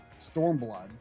Stormblood